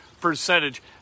percentage